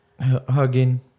hugging